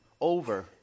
over